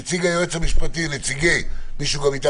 מישהו מנציגי היועץ המשפטי נמצא פה?